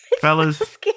fellas